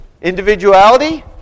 Individuality